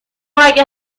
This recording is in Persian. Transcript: اگه